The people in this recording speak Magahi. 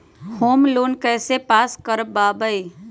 होम लोन कैसे पास कर बाबई?